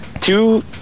two